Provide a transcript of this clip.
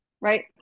Right